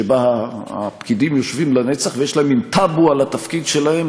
שבה הפקידים יושבים לנצח ויש להם מין טאבו על התפקיד שלהם,